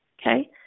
okay